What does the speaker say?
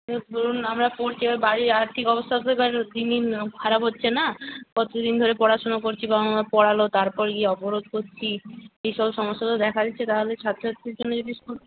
এবার ধরুন আমরা পড়ছি এবার বাড়ির আর্থিক অবস্থা তো দিন দিন খারাপ হচ্ছে না কতো দিন ধরে পড়াশোনা করছি বাবা মা পড়ালো তারপরে গিয়ে অবরোধ করছি এই সকল সমস্যা তো দেখা দিচ্ছে তাহলে ছাত্র ছাত্রীর জন্য যদি স্কুল